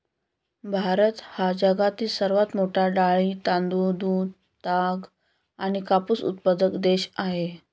भारत हा जगातील सर्वात मोठा डाळी, तांदूळ, दूध, ताग आणि कापूस उत्पादक देश आहे